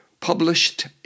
published